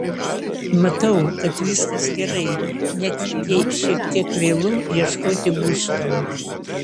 matau kad viskas gerai net jei šiek tiek vėlu ieškoti būsto